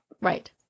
Right